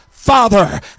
father